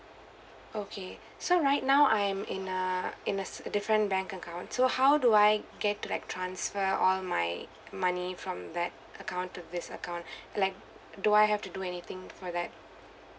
okay so right now I'm in a in this different bank account so how do I get like transfer all my money from that account to this account like do I have to do anything for that